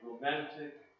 romantic